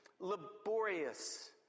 laborious